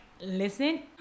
listen